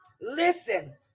Listen